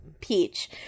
peach